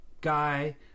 guy